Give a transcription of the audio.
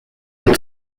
und